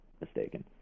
mistaken